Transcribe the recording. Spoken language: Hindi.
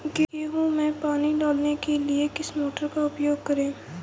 गेहूँ में पानी डालने के लिए किस मोटर का उपयोग करें?